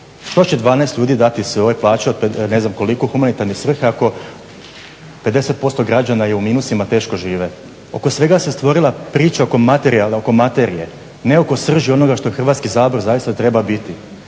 Što će 12 ljudi dati svoje plaće od ne znam koliko u humanitarne svrhe ako 50% građana je u minusima, teško žive. Oko svega se stvorila priča oko materije, ne oko srži onoga što Hrvatski sabor zaista treba biti.